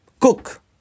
cook